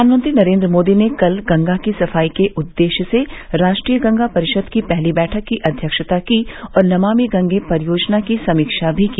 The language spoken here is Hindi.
प्रधानमंत्री नरेन्द्र मोदी ने कल गंगा की सफाई के उद्देश्य से राष्ट्रीय गंगा परिषद की पहली बैठक की अध्यक्षता की और नमामि गंगे परियोजना की समीक्षा भी की